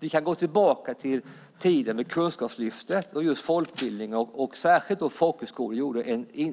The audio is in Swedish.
Vi kan gå tillbaka till tiden för Kunskapslyftet. Särskilt folkhögskolorna gjorde